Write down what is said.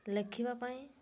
ଲେଖିବା ପାଇଁ